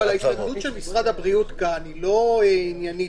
אבל ההתנגדות כאן של שרד הבריאות היא ממש לא עניינית,